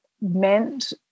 meant